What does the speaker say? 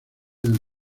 del